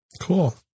Cool